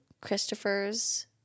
Christopher's